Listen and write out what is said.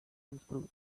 unscrew